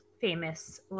famous